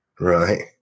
right